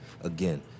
Again